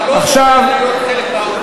אתה לא בוחר להיות חלק מהאופוזיציה.